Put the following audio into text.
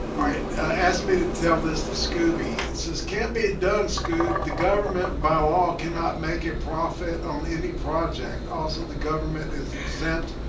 alright asked me to tell this to scooby it says can't be done scoob the government by wall cannot make a profit on any project also the government is exempt